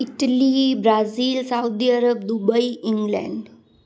Italy Brazil Saudi Arab Dubai England